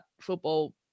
football